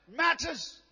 matters